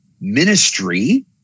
ministry